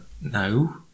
No